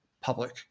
public